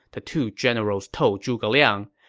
the two generals told zhuge liang.